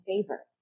favor